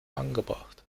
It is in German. angebracht